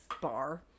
bar